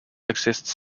exists